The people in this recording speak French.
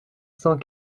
cent